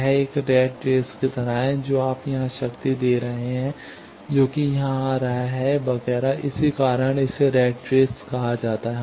यह एक rat race की तरह है जो आप यहां शक्ति दे रहे हैं जो कि यहां आ रहा है वगैरह इसी कारण इसे रैट रेस कहा जाता है